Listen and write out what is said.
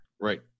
Right